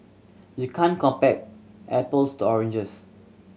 you can't compare apples to oranges